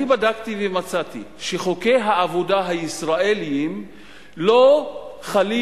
אני בדקתי ומצאתי שחוקי העבודה הישראליים לא חלים